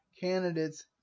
candidates